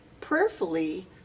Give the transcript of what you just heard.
prayerfully